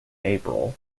april